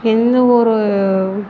எந்த ஒரு